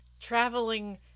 Traveling